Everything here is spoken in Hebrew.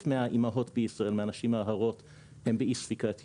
מהאימהות והנשים ההרות בישראל הן באי ספיקת יוד,